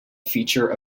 feature